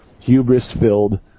hubris-filled